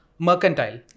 Mercantile